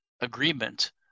agreement